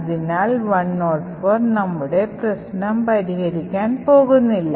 അതിനാൽ 104 നമ്മുടെ പ്രശ്നം പരിഹരിക്കാൻ പോകുന്നില്ല